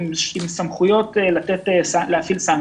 עם סמכויות להטיל סנקציות,